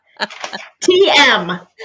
TM